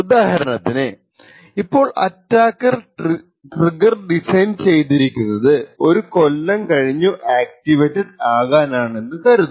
ഉദാഹരണത്തിന്ഇപ്പോൾ attacker trigger design ചെയ്തിരിക്കുന്നത് ഒരു കൊല്ലം കഴിഞ്ഞു ആക്ടിവേറ്റഡ് ആകാനാണെന്നു കരുതുക